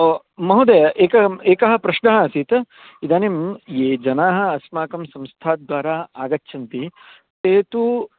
ओ महोदय एकः एकः प्रश्नः आसीत् इदानीं ये जनाः अस्माकं संस्थाद्वारा आगच्छन्ति ते तु